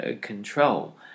control